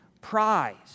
prize